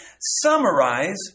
summarize